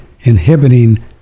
inhibiting